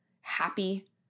happy